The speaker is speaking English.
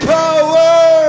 power